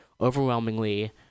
Overwhelmingly